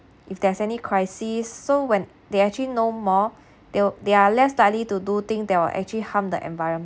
if there's any crisis so when they actually know more they will they are less likely to do thing that will actually harm the environment